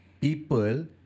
people